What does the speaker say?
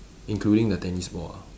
including the tennis ball ah